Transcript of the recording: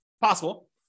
possible